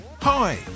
Hi